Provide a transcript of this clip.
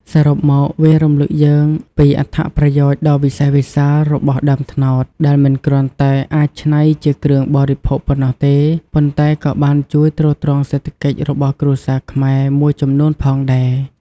សរុបមក វារំឭកយើងពីអត្ថប្រយោជន៍ដ៏វិសេសវិសាលរបស់ដើមត្នោត ដែលមិនគ្រាន់តែអាចច្នៃជាគ្រឿងបរិភោគប៉ុណ្ណោះទេ ប៉ុន្តែក៏បានជួយទ្រទ្រង់សេដ្ឋកិច្ចរបស់គ្រួសារខ្មែរមួយចំនួនផងដែរ។